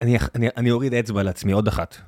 אני אוריד אצבע לעצמי, עוד אחת.